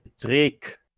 trick